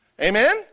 Amen